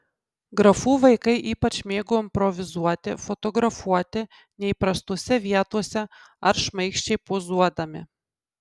grafų vaikai ypač mėgo improvizuoti fotografuoti neįprastose vietose ar šmaikščiai pozuodami